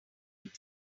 want